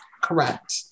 correct